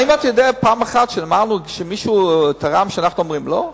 האם אתה יודע על פעם אחת שמישהו תרם ואנחנו אומרים לא?